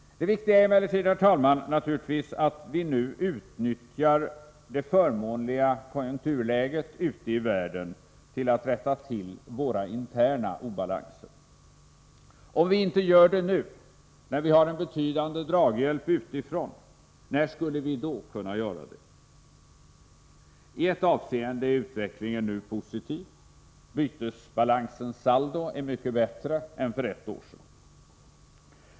Det viktiga, herr talman, är naturligtvis att vi nu utnyttjar det förmånliga konjunkturläget ute i världen till att rätta till våra interna obalanser. Om vi inte gör det nu när vi har en betydande draghjälp utifrån, när skulle vi då kunna göra det? I ett avseende är utvecklingen nu positiv — bytesbalansens saldo är mycket bättre än för ett år sedan.